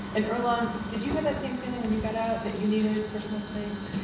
and earlonne, did you have that same feeling when you got out that you needed personal space?